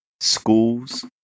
schools